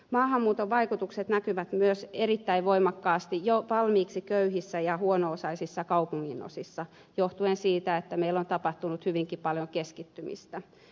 maahanmuuton vaikutukset näkyvät myös erittäin voimakkaasti jo valmiiksi köyhissä ja huono osaisissa kaupunginosissa johtuen siitä että meillä on tapahtunut hyvinkin paljon keskittymistä